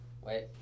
Wait